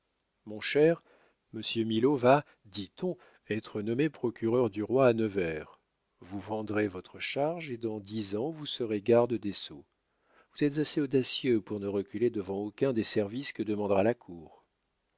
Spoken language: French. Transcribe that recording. mon cher monsieur milaud va dit-on être nommé procureur du roi à nevers vous vendrez votre charge et dans dix ans vous serez garde des sceaux vous êtes assez audacieux pour ne reculer devant aucun des services que demandera la cour